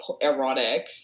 erotic